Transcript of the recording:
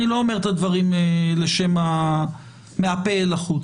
אני לא אומר את הדברים מן השפה ולחוץ.